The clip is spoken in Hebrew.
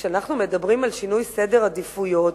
כשאנחנו מדברים על שינוי סדר העדיפויות,